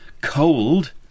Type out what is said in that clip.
cold